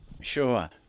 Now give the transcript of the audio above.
Sure